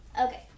Okay